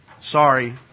Sorry